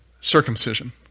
Circumcision